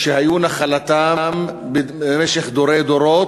שהיו נחלתם במשך דורי דורות,